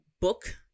book